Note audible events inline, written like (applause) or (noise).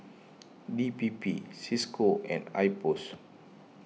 D P P Cisco (noise) and Ipos